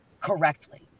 correctly